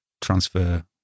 transfer